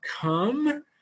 come